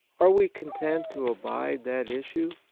are we content to abide that issue?